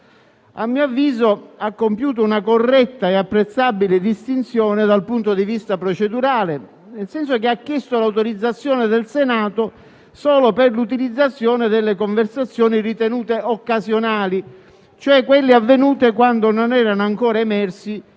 il giudice ha compiuto una corretta e apprezzabile distinzione dal punto di vista procedurale, nel senso che ha chiesto l'autorizzazione del Senato solo per l'utilizzazione delle conversazioni ritenute occasionali, cioè quelle avvenute quando non erano ancora emersi